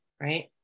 right